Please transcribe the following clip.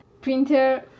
printer